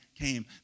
came